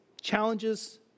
challenges